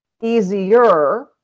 easier